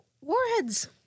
Warheads